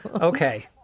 Okay